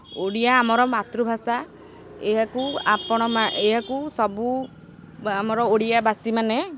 ଓଡ଼ିଆ ଆମର ମାତୃଭାଷା ଏହାକୁ ଆପଣ ଏହାକୁ ସବୁ ଆମର ଓଡ଼ିଆଭାଷୀମାନେ